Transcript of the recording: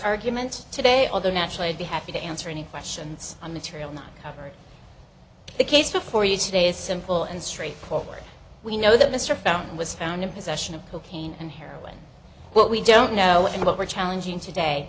argument today although naturally i'd be happy to answer any questions on material not covered the case before you today is simple and straightforward we know that mr found was found in possession of cocaine and heroin but we don't know if it were challenging today